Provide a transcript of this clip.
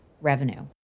revenue